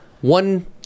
one